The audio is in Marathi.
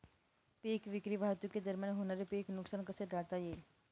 पीक विक्री वाहतुकीदरम्यान होणारे पीक नुकसान कसे टाळता येईल?